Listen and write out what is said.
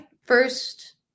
first